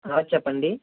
చెప్పండి